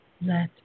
let